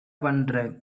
பண்ற